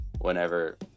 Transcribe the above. whenever